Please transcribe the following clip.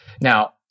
Now